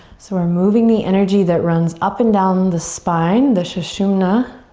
so we're moving the energy that runs up and down the spine, the shoshana,